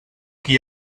qui